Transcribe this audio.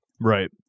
Right